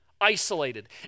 isolated